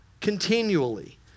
continually